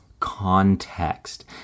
context